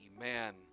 Amen